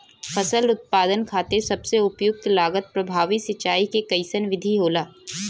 फसल उत्पादन खातिर सबसे उपयुक्त लागत प्रभावी सिंचाई के कइसन विधि होला?